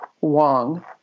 Wong